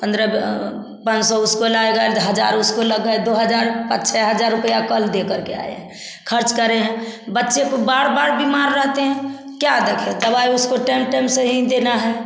पंद्रह ब पांच सौ उसको लाएगा हज़ार उसको लगा गए दो हजार पाँच छः हजार रुपया कल दे करके आए हैं खर्च करे हैं बच्चे को बार बार बीमार रहते हैं क्या देखे दवाई उसको टैम टैम से ही देना है